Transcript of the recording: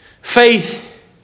Faith